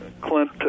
Clint